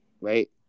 right